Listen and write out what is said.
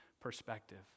perspective